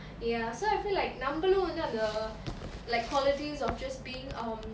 ya so I feel like நம்மலு வந்து அந்த:nammalu vanthu antha err like qualities of just being um